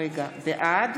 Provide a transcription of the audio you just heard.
בעד